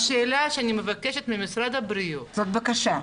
השאלה שאני מבקשת ממשרד הבריאות --- זאת בקשה.